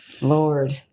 Lord